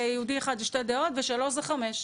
ויהודי אחד זה שתי דעות ושלושה יהודים זה חמש.